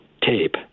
tape